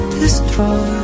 destroy